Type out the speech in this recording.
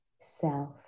self